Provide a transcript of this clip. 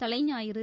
Thalaignayiru